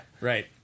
Right